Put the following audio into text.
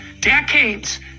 decades